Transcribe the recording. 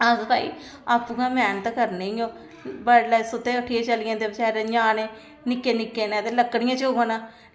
अस भई आपूं गै मैह्नत करने ईओ बड्ढलै सुत्ते दे उट्ठियै चली जंदे बचैरे ञ्याणे निक्के निक्के न ते लक्कड़ियां चुगन